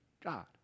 God